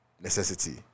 necessity